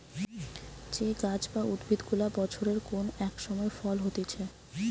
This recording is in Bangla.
যে গাছ বা উদ্ভিদ গুলা বছরের কোন এক সময় ফল হতিছে